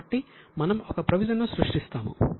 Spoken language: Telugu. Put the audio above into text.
కాబట్టి మనం ఒక ప్రొవిజన్ ను సృష్టిస్తాము